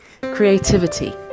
Creativity